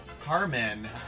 Carmen